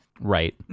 Right